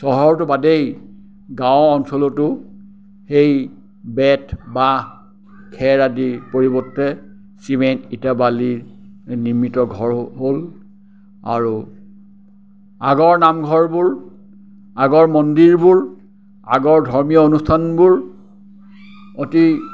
চহৰটো বাদেই গাঁও অঞ্চলতো সেই বেত বাঁহ খেৰ আদিৰ পৰিৱৰ্তে চিমেণ্ট ইটা বালিৰে নিৰ্মিত ঘৰ হ'ল আৰু আগৰ নামঘৰবোৰ আগৰ মন্দিৰবোৰ আগৰ ধৰ্মীয় অনুষ্ঠানবোৰ অতি